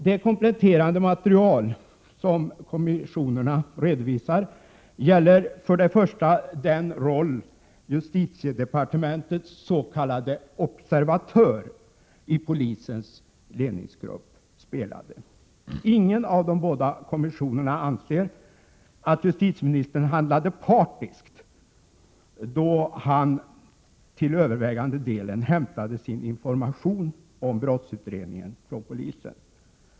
Det kompletterande material som kommissionerna redovisar gäller för det första den roll justitiedepartementets s.k. observatör i polisens ledningsgrupp spelade. Ingen av de båda kommissionerna anser att justitieministern handlade partiskt då han till övervägande delen hämtade sin information om brottsutredningen från polisen.